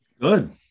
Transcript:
Good